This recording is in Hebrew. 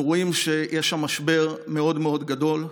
אנחנו רואים שיש שם משבר מאוד מאוד גדול,